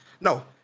No